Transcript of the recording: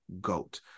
GOAT